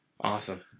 awesome